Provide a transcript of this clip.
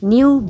New